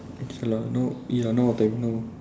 okay lah now eh now what time